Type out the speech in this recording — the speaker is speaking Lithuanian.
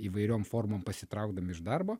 įvairiom formom pasitraukdami iš darbo